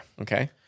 Okay